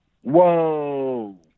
Whoa